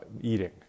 eating